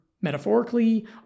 metaphorically